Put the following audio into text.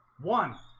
one